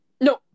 No